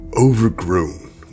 overgrown